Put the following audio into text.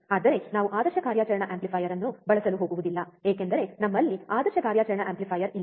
ಆದರೆ ನಾವು ಆದರ್ಶ ಕಾರ್ಯಾಚರಣಾ ಆಂಪ್ಲಿಫೈಯರ್ ಅನ್ನು ಬಳಸಲು ಹೋಗುವುದಿಲ್ಲ ಏಕೆಂದರೆ ನಮ್ಮಲ್ಲಿ ಆದರ್ಶ ಕಾರ್ಯಾಚರಣಾ ಆಂಪ್ಲಿಫೈಯರ್ ಇಲ್ಲ